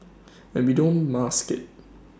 and we don't mask IT